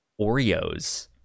Oreos